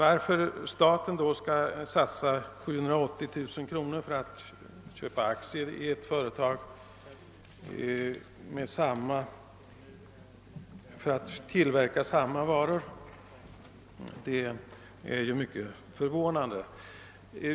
Att staten då skall satsa 780 000 kronor på att köpa aktier i ett företag som skall tillverka samma slags varor är förvånande.